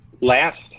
last